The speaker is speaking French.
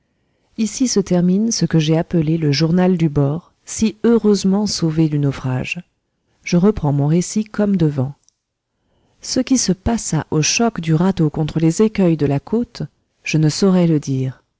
ici se termine ce que j'ai appelé le journal du bord si heureusement sauvé du naufrage je reprends mon récit comme devant ce qui se passa au choc du radeau contre les écueils de la côte je ne saurais le dire